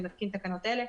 אני מתקין תקנות אלה: